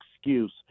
excuse